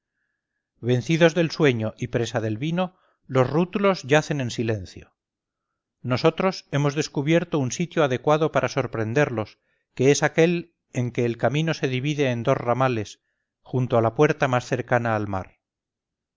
vencidos del sueño y presa del vino los rútulos yacen en silencio nosotros hemos descubierto un sitio adecuado para sorprenderlos que es aquel en que el camino se divide en dos ramales junto a la puerta más cercana al mar